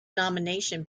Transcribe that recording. nomination